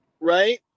right